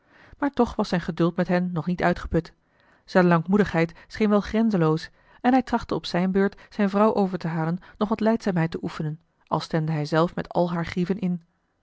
maar toch was zijn geduld met hen nog niet uitgeput zijne lankmoedigheid scheen wel grenzenloos en hij trachtte op zijne beurt zijne vrouw over te halen nog wat lijdzaamheid te oefenen al stemde hij zelf met al hare grieven in